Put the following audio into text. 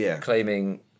claiming